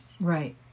right